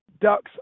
Ducks